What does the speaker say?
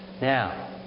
Now